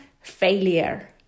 Failure